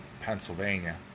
Pennsylvania